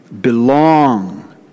belong